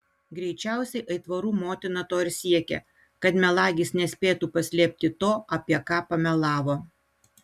greičiausiai aitvarų motina to ir siekė kad melagis nespėtų paslėpti to apie ką pamelavo